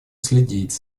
следить